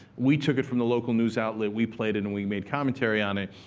we took it from the local news outlet, we played it, and we made commentary on it.